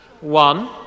One